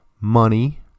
money